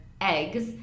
eggs